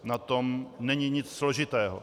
Na tom není nic složitého.